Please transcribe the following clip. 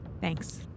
Thanks